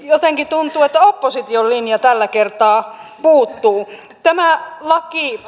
jotenkin tuntuu että opposition linja tällä kertaa puuttuu